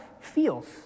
feels